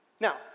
Now